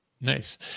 Nice